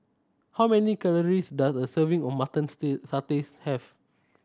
how many calories does a serving of mutton stay sataies have